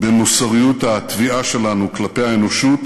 במוסריות התביעה שלנו כלפי האנושות,